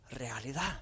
realidad